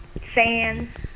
fans